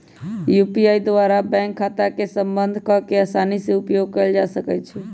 UPI द्वारा bank खता के संबद्ध कऽ के असानी से उपयोग कयल जा सकइ छै